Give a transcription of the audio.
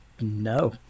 no